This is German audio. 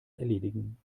erledigen